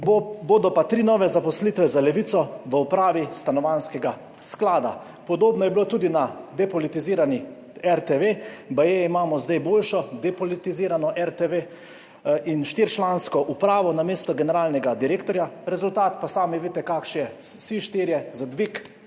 bodo pa tri nove zaposlitve za Levico v upravi Stanovanjskega sklada. Podobno je bilo tudi na depolitizirani RTV. Baje imamo zdaj boljšo, depolitizirano RTV in štiričlansko upravo namesto generalnega direktorja, rezultat pa sami veste, kakšni – vsi štirje za dvig